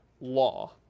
law